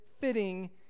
fitting